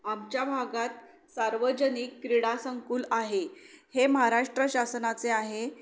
आमच्या भागात सार्वजनिक क्रीडा संकुल आहे हे महाराष्ट्र शासनाचे आहे